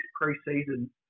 pre-season